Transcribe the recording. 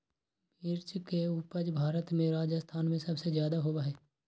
मिर्च के उपज भारत में राजस्थान में सबसे ज्यादा होबा हई